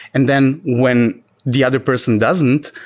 and then when the other person doesn't,